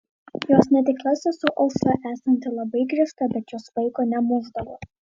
jos netikra sesuo aušra esanti labai griežta bet jos vaiko nemušdavo